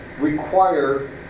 require